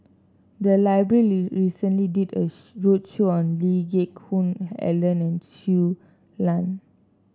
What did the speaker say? the library recently did a show roadshow on Lee Geck Hoon Ellen and Shui Lan